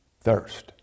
thirst